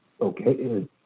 okay